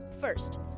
First